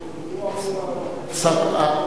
אמור לענות.